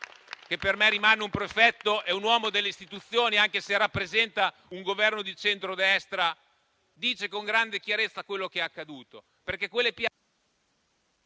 che per me rimane un prefetto e un uomo delle istituzioni, anche se rappresenta un Governo di centrodestra, dice con grande chiarezza quello che è accaduto,